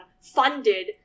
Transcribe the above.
funded